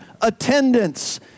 attendance